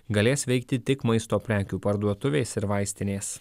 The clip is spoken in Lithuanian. galės veikti tik maisto prekių parduotuvės ir vaistinės